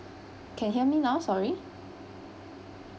can hear me now sorry